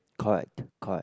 correct correct